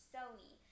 Sony